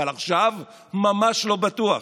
אבל עכשיו ממש לא בטוח.